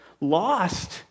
lost